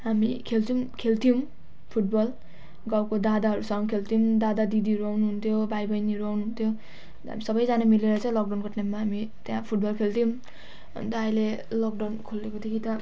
हामी खेल्थ्यौँ खेल्थ्यौँ फुटबल गाउँको दादाहरूसँग खेल्थ्यौँ दादादिदीहरू आउनुहुन्थ्यो भाइबहिनीहरू आउनुहुन्थ्यो त्यहाँपछि सबैजना मिलेर चाहिँ लकडाउनको टाइममा हामी त्यहाँ फुटबल खेल्थ्यौँ अनि त अहिले लकडाउन खोलिएदेखि त